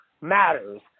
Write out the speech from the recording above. matters